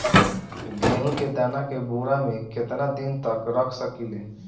गेहूं के दाना के बोरा में केतना दिन तक रख सकिले?